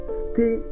stay